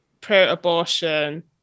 pro-abortion